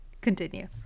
continue